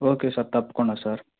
okay sir తప్పకుండా sir